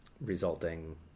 resulting